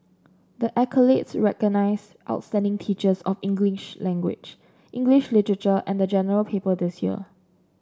the accolades recognise outstanding teachers of English language English literature and the General Paper this year